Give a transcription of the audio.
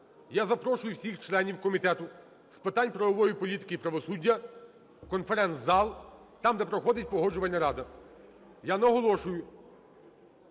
я запрошую всіх членів Комітету з питань правової політики і правосуддя в конференц-зал, там, де проходить Погоджувальна рада. Я наголошую,